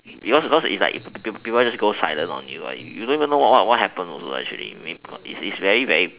because because is like people just go silent on you you don't even know what what happen also actually it's very very